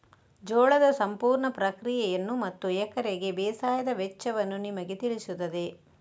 ಜೋಳದ ಸಂಪೂರ್ಣ ಪ್ರಕ್ರಿಯೆಯನ್ನು ಮತ್ತು ಎಕರೆಗೆ ಬೇಸಾಯದ ವೆಚ್ಚವನ್ನು ನಿಮಗೆ ತಿಳಿಸುತ್ತದೆ